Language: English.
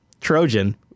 Trojan